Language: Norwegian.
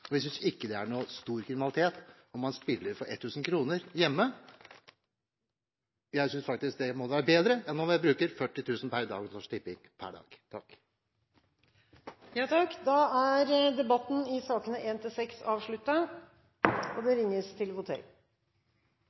synes ikke det er noen stor kriminalitet om man spiller for 1 000 kr hjemme. Jeg synes faktisk det må være bedre enn om man bruker 40 000 kr på Norsk Tipping per dag. Flere har ikke bedt om ordet til sak nr. 6. Da er Stortinget klar til å gå til votering. Under debatten er det